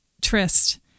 tryst